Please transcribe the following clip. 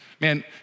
man